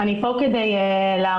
שוקלות